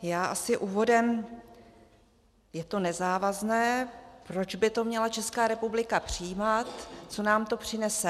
Já asi úvodem je to nezávazné, proč by to měla Česká republika přijímat, co nám to přinese.